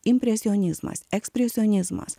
impresionizmas ekspresionizmas